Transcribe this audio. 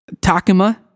Takuma